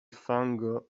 fango